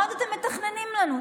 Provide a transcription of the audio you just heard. מה עוד אתם מתכננים לנו?